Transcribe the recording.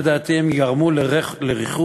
לדעתי הם גרמו לריחוק,